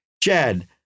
Jed